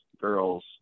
girls